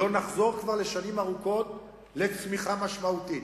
לא נחזור כבר שנים ארוכות לצמיחה משמעותית.